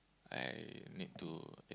I need to